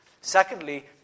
Secondly